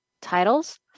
titles